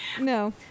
No